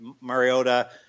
Mariota